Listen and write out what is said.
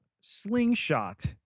Slingshot